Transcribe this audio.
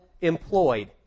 employed